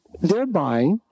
thereby